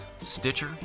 stitcher